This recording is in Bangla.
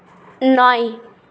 নয়